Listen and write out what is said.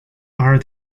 are